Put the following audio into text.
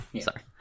Sorry